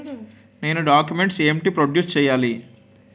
నేను డాక్యుమెంట్స్ ఏంటి ప్రొడ్యూస్ చెయ్యాలి?